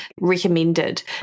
recommended